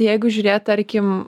jeigu žiūrėt tarkim